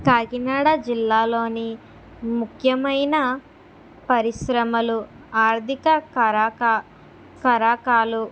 కాకినాడ జిల్లాలోని ముఖ్యమైన పరిశ్రమలు ఆర్థిక కారక కారకాలు